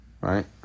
right